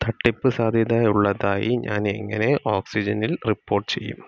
തട്ടിപ്പ് സാധ്യതയുള്ളതായി ഞാൻ എങ്ങനെ ഓക്സിജനിൽ റിപ്പോർട്ട് ചെയ്യും